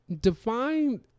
define